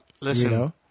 Listen